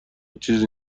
چیزی